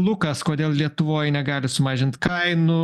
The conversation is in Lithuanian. lukas kodėl lietuvoj negali sumažint kainų